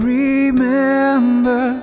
remember